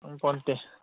ꯈꯪꯄꯣꯟꯇꯦ